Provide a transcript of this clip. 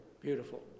beautiful